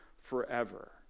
forever